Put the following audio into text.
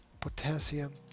potassium